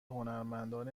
هنرمندان